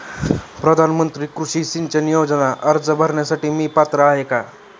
प्रधानमंत्री कृषी सिंचन योजना अर्ज भरण्यासाठी मी पात्र आहे का?